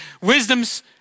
Wisdom's